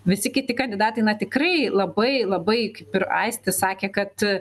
visi kiti kandidatai na tikrai labai labai kaip ir aistis sakė kad